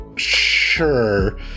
Sure